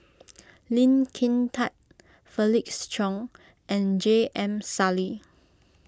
Lee Kin Tat Felix Cheong and J M Sali